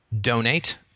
donate